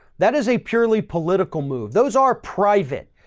that is a purely political move. those are private.